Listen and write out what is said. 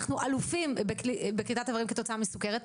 אנחנו אלופים בזה כתוצאה מסוכרת,